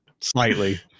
Slightly